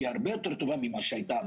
שהיא הרבה יותר טובה ממה שהיה בשנים האחרונות.